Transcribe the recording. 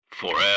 Forever